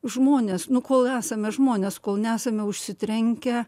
žmonės nu kol esame žmonės kol nesame užsitrenkę